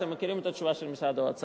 אתם מכירים את התשובה של משרד האוצר,